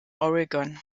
oregon